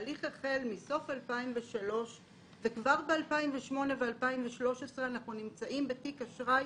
התהליך החל מסוף 2003. כבר ב-2008 ו-2013 אנחנו נמצאים בתיק אשראי